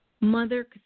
Mother